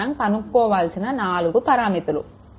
ఇవి మనం కనుక్కోవాల్సిన 4 పరామితులు